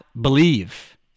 believe